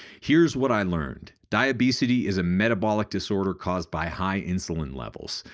here's what i learned. diabesity is a metabolic disorder caused by high insulin levels.